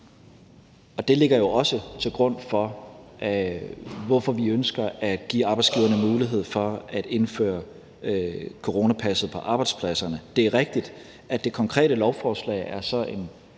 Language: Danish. Det ligger jo også til grund for, at vi ønsker at give arbejdsgiverne mulighed for at indføre coronapasset på arbejdspladserne. Det er rigtigt, at det konkrete lovforslag er en